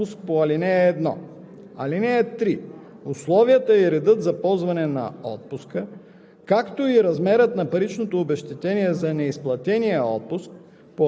При прекратяване на договора резервистът има право на парично обезщетение за неизползвания платен отпуск по ал. 1.